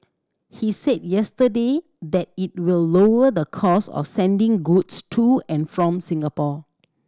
he said yesterday that it will lower the cost of sending goods to and from Singapore